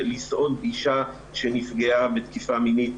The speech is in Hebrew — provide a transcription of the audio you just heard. לסעוד אישה או גבר שנפגעו בתקיפה מינית.